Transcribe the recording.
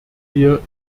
wir